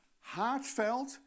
heartfelt